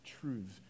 truths